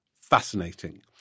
fascinating